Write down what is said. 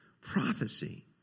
prophecy